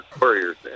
Warriors